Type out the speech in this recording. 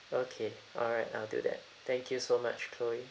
okay alright I'll do that thank you so much chloe